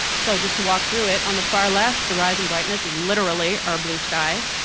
so, just to walk through it, on the far left the rise in brightness is literally our blue sky.